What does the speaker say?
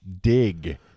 dig